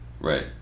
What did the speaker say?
Right